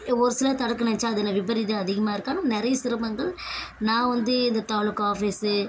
ஒரு சிலர் தடுக்க நினச்சா அதில் விபரீதம் அதிகமாக இருக்குது ஆனால் நிறைய சிரமங்கள் நான் வந்து இந்த தாலுக்கா ஆஃபீஸ்ஸு